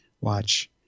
Watch